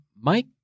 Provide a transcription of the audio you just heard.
Mike